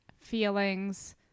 feelings